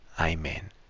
Amen